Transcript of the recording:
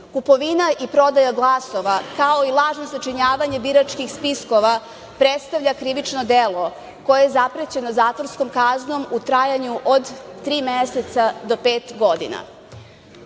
kupovina i prodaja glasova, kao i lažno sačinjavanje biračkih spiskova predstavlja krivično delo koje je zaprećeno zatvorskom kaznom u trajanju od tri meseca do pet godina. Što